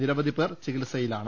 നിരവധി പേർ ചികി ത്സയിലാണ്